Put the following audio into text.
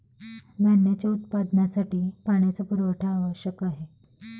धान्याच्या उत्पादनासाठी पाण्याचा पुरवठा आवश्यक आहे